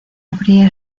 habría